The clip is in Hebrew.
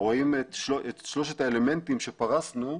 את שלושת האלמנטים שפרסנו,